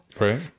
right